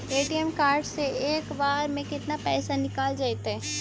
ATM card से एक बार में केतना पैसा निकल जइतै?